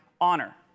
honor